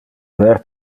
ver